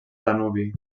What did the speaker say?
danubi